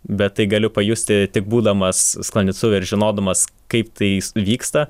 bet tai galiu pajusti tik būdamas sklandytuve ir žinodamas kaip tais vyksta